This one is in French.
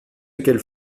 qu’elles